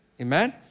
amen